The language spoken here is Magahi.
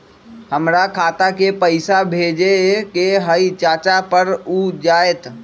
हमरा खाता के पईसा भेजेए के हई चाचा पर ऊ जाएत?